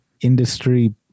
industry